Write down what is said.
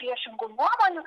priešingų nuomonių